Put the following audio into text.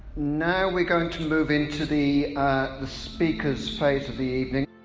now we're going to move into the speakers phase of the evening.